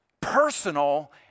personal